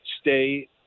Stay